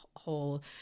Whole